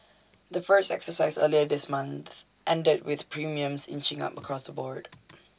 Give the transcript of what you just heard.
the first exercise earlier this month ended with premiums inching up across the board